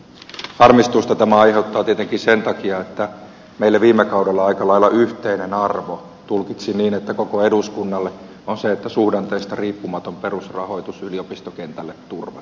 harmistusta tämä aiheuttaa tietenkin sen takia että meille viime kaudella aika lailla yhteinen arvo tulkitsin niin että koko eduskunnalle on se että suhdanteista riippumaton perusrahoitus yliopistokentälle turvataan